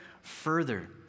further